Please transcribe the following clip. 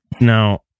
Now